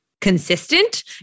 consistent